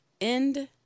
End